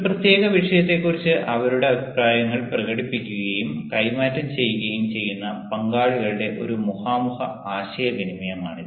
ഒരു പ്രത്യേക വിഷയത്തെക്കുറിച്ച് അവരുടെ അഭിപ്രായങ്ങൾ പ്രകടിപ്പിക്കുകയും കൈമാറ്റം ചെയ്യുകയും ചെയ്യുന്ന പങ്കാളികളുടെ ഒരു മുഖാമുഖ ആശയവിനിമയമാണ്